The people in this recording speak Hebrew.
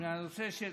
עם הנושא של